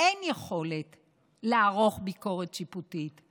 אין יכולת לערוך ביקורת שיפוטית.